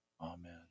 Amen